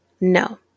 No